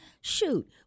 Shoot